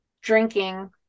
drinking